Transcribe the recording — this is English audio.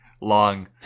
long